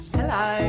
hello